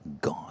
God